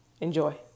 Enjoy